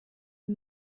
her